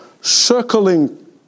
circling